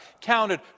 counted